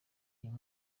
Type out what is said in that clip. uyu